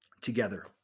together